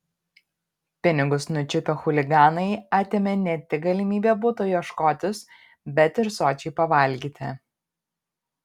pinigus nučiupę chuliganai atėmė ne tik galimybę buto ieškotis bet ir sočiai pavalgyti